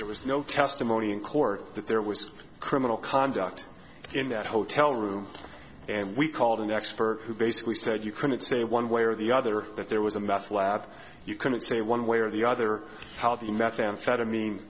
there was no testimony in court that there was criminal conduct in that hotel room and we called an expert who basically said you couldn't say one way or the other that there was a meth lab you couldn't say one way or the other how the methamphetamine